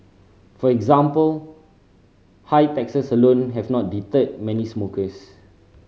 for example high taxes alone have not deterred many smokers